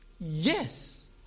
Yes